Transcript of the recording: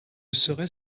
serait